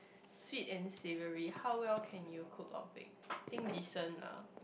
sweet and savoury how well can you cook or bake I think decent lah